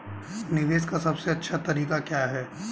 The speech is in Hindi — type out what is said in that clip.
निवेश का सबसे अच्छा तरीका क्या है?